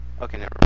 Okay